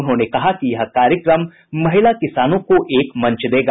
उन्होंने कहा कि यह कार्यक्रम महिला किसानों को एक मंच देगा